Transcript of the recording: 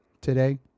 today